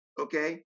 Okay